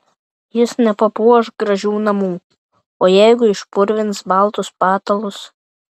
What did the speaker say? jis nepapuoš gražių namų o jeigu išpurvins baltus patalus